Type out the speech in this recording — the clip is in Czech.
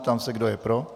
Ptám se, kdo je pro.